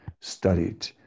studied